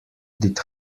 did